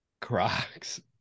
Crocs